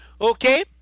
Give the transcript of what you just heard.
Okay